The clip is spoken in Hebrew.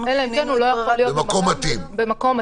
אלא אם כן הוא לא יכול להיות במקום מתאים לבידוד.